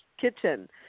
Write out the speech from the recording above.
Kitchen